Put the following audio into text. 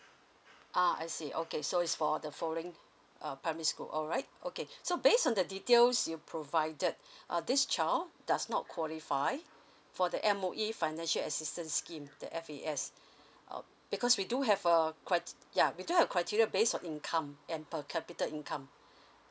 ah I see okay so is for the following uh primary school alright okay so based on the details you provided uh this child does not qualify for the M_O_E financial assistance the F_A_S uh because we do have a crit~ ya we do have criteria based on income and per capita income